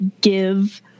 give